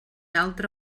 altre